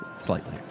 Slightly